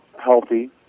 healthy